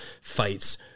fights